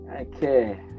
Okay